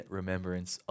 remembrance